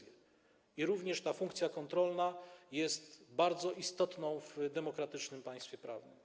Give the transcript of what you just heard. I również ta funkcja kontrolna jest bardzo istotna w demokratycznym państwie prawnym.